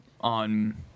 on